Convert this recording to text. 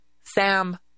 Sam